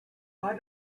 why